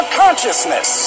consciousness